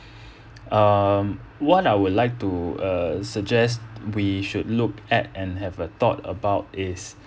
um what I would like to uh suggest we should look at and have a thought about is